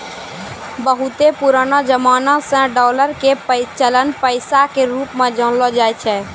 बहुते पुरानो जमाना से डालर के चलन पैसा के रुप मे जानलो जाय छै